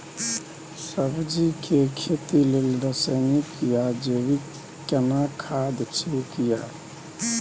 सब्जी के खेती लेल रसायनिक या जैविक केना खाद ठीक ये?